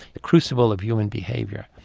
the crucible of human behaviour.